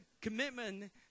commitment